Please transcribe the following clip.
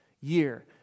year